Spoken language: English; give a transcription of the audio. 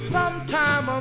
Sometime